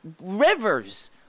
rivers